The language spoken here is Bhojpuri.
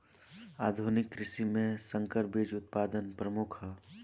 आधुनिक कृषि में संकर बीज उत्पादन प्रमुख ह